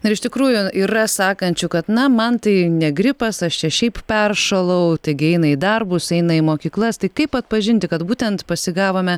na ir iš tikrųjų yra sakančių kad na man tai ne gripas aš čia šiaip peršalau taigi eina į darbus eina į mokyklas tai kaip atpažinti kad būtent pasigavome